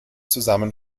zusammen